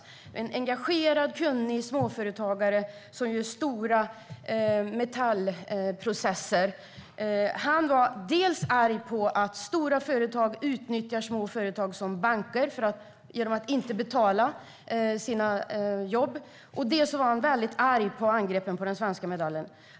Det är en engagerad, kunnig småföretagare som gör stora metallprocesser. Han var arg dels på att stora företag utnyttjar små företag som banker genom att inte betala för utfört jobb, dels på angreppen på den svenska modellen.